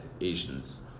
Asians